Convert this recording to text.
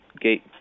gate